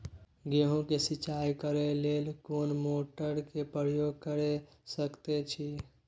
गेहूं के सिंचाई करे लेल कोन मोटर के प्रयोग कैर सकेत छी?